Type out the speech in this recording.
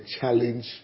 challenge